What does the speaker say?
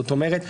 זאת אומרת,